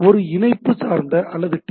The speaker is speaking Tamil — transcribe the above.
ஒரு இணைப்பு சார்ந்த அல்லது டி